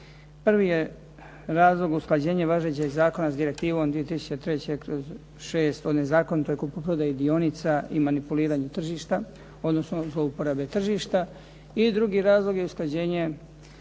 Prvi je razlog usklađenje važećeg zakona s Direktivnom 2003./6 ... Zakon o kupoprodaji dionica i manipuliranju tržišta, odnosno zlouporabe tržišta i drugi razlog je usklađenje